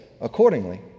accordingly